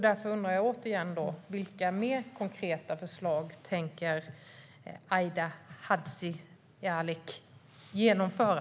Därför undrar jag åter vilka fler konkreta förslag Aida Hadzialic tänker genomföra.